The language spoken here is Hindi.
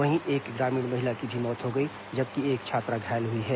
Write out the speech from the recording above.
वहीं एक ग्रामीण महिला की भी मौत हो गई जबकि एक छात्रा घायल हुई है